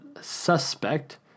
suspect